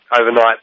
overnight